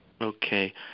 Okay